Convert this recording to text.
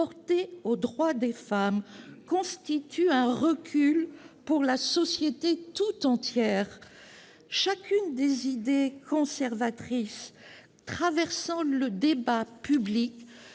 portée aux droits des femmes constitue un recul pour la société tout entière, chacune des idées conservatrices traversant le débat public